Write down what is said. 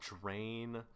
Drain